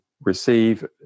receive